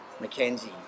McKenzie